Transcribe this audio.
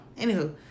anywho